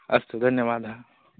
अस्तु धन्यवादः